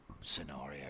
scenario